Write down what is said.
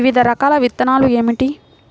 వివిధ రకాల విత్తనాలు ఏమిటి?